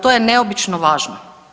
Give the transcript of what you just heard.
To je neobično važno.